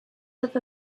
with